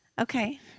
Okay